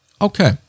Okay